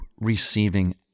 receiving